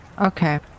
Okay